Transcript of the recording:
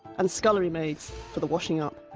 and scullery maids for the washing um